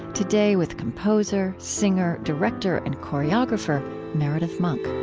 today, with composer, singer, director, and choreographer meredith monk